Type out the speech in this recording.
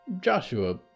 Joshua